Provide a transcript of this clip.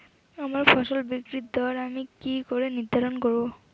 আমার ফসল বিক্রির দর আমি কি করে নির্ধারন করব?